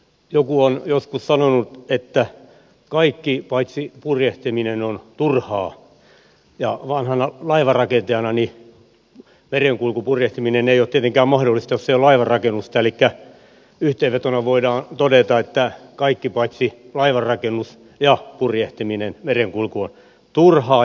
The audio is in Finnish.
joku on joskus sanonut että kaikki paitsi purjehtiminen on turhaa ja vanhana laivanrakentajana lisäisin että merenkulkupurjehtiminen ei tietenkään ole mahdollista jos ei ole laivanrakennusta elikkä yhteenvetona voidaan todeta että kaikki paitsi laivanrakennus ja purjehtiminen merenkulku on turhaa